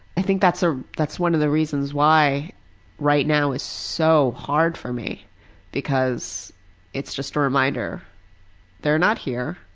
i think that's ah that's one of the reasons why right now is so hard for me because it's just a reminder that they're not here